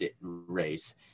race